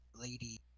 lady